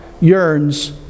yearns